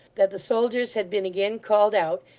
that the soldiers had been again called out,